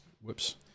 whoops